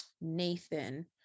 Nathan